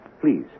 Please